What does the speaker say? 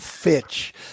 Fitch